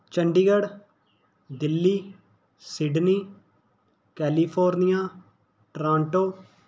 Chandigarh Delhi Sydney California Toronto